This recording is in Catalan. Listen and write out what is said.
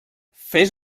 fes